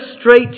straight